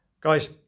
Guys